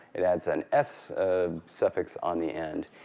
it adds an s ah suffix on the end.